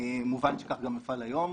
מובן שכך גם אפעל היום.